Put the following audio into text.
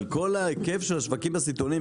אבל כל ההיקף של השווקים הסיטונאים,